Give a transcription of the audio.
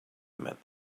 met